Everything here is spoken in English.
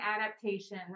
adaptation